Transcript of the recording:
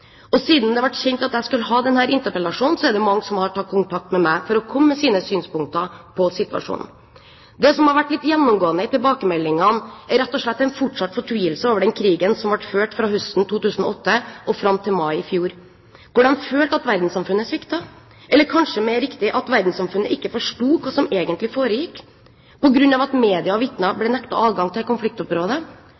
Og siden det ble kjent at jeg skulle ha denne interpellasjonen, er det mange som har tatt kontakt med meg for å komme med sine synspunkter på situasjonen. Det som har vært litt gjennomgående i tilbakemeldingene, er rett og slett en fortsatt fortvilelse over den krigen som ble ført fra høsten 2008 og fram til mai i fjor, hvor de følte at verdenssamfunnet sviktet, eller kanskje mer riktig at verdenssamfunnet ikke forsto hva som egentlig foregikk på grunn av at media og vitner ble